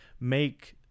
make